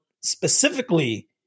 specifically